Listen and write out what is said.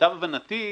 למיטב הבנתי,